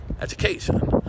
education